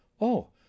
Oh